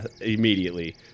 immediately